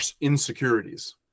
insecurities